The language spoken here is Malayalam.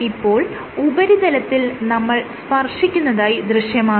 ഇപ്പോൾ ഉപരിതലത്തിൽ നമ്മൾ സ്പർശിക്കുന്നതായി ദൃശ്യമാകും